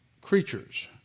creatures